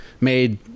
made